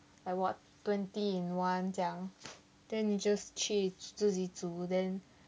like what twenty in one 这样 then 你 just 去自己煮 then